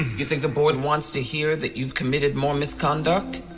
you think the board wants to hear that you've committed more misconduct?